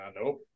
Nope